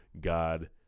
God